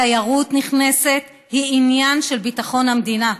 תיירות נכנסת היא עניין של ביטחון המדינה.